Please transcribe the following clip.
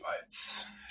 fights